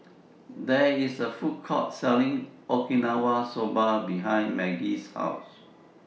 There IS A Food Court Selling Okinawa Soba behind Maggie's House